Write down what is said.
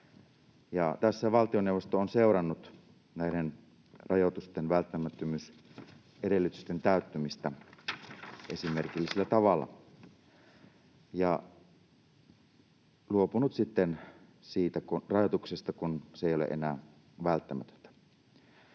tässä valtioneuvosto on seurannut näiden rajoitusten välttämättömyysedellytysten täyttymistä esimerkillisellä tavalla ja luopunut rajoituksesta, kun se ei ole enää välttämätön.